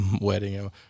wedding